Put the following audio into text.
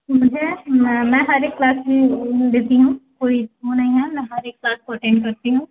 मुझे मैं मैं हर एक क्लास बिज़ी हूँ कोई वो नहीं है मैं हर एक क्लास को अटेंड करती हूँ